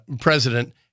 president